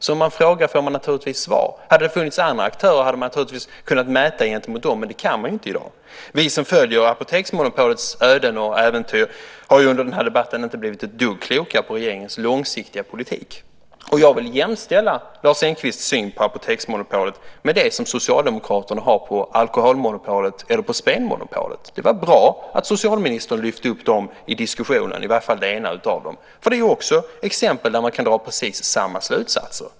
Som man frågar får man naturligtvis svar. Hade det funnits andra aktörer hade man kunnat mäta gentemot dem. Men det kan man inte i dag. Vi som följer apoteksmonopolets öden och äventyr har under den här debatten inte blivit ett dugg klokare på regeringens långsiktiga politik. Jag vill jämställa Lars Engqvists syn på apoteksmonopolet med den som socialdemokraterna har på alkoholmonopolet eller på spelmonopolet. Det var bra att socialministern lyfte upp dem i diskussionen, eller i varje fall det ena av dem. Det är också exempel där man kan dra precis samma slutsatser.